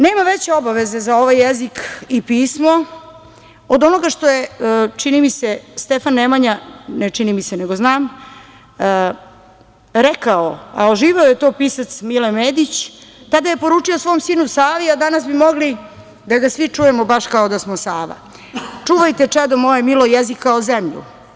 Nema veće obaveze za ovaj jezik i pismo od onoga što je, čini mi se, Stefan Nemanja, ne čini mi se, nego znam, rekao, a oživeo je to pisac Mile Medić, tada je poručio svom sinu Savi, a danas bi mogli da ga svi čujemo baš kao da smo Sava – čuvajte čedo moje milo jezik kao zemlju.